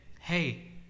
hey